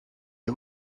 est